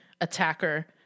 attacker